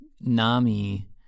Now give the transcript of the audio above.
Nami